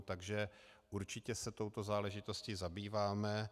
Takže určitě se touto záležitostí zabýváme.